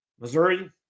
Missouri